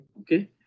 Okay